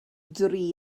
dri